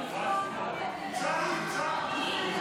נמצא, נמצא.